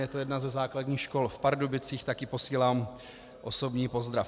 Je to jedna ze základních škol v Pardubicích, tak jí posílám osobní pozdrav.